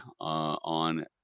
on